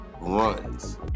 runs